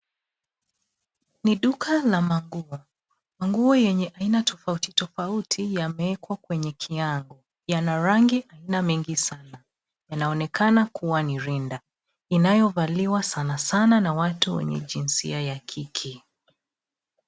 Ni duka la manguo. Manguo yenye aina tofautofauti yamewekwa kwenye kiango. Yana rangi aina mingi sana. Yanaonekana kuwa ni rinda, inayovaliwa sanasana na watu wenye jinsia ya kike.